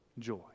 Joy